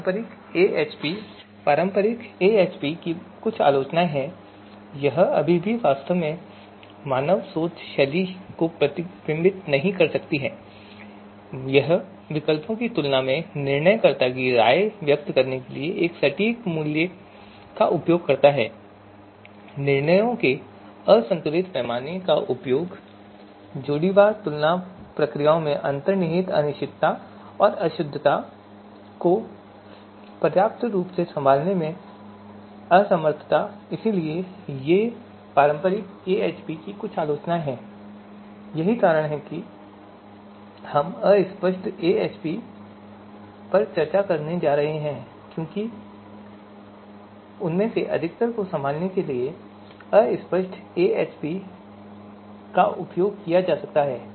पारंपरिक AHP की कुछ आलोचनाएँ हैं यह अभी भी वास्तव में मानव सोच शैली को प्रतिबिंबित नहीं कर सकती है यह विकल्पों की तुलना में निर्णयकर्ता की राय व्यक्त करने के लिए एक सटीक मूल्य का उपयोग करता है निर्णयों के असंतुलित पैमाने का उपयोग जोड़ीवार तुलना प्रक्रिया में अंतर्निहित अनिश्चितता और अशुद्धता को पर्याप्त रूप से संभालने में असमर्थता इसलिए ये पारंपरिक एएचपी की कुछ आलोचनाएं हैं और यही कारण है कि हम अस्पष्ट एएचपी पर चर्चा करने जा रहे हैं क्योंकि उनमें से अधिकतर को संभालने के लिए अस्पष्ट एएचपी का उपयोग किया जा सकता है